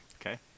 Okay